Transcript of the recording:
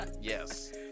yes